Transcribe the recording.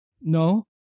no